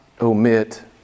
omit